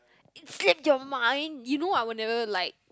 it slipped your mind you know I will never like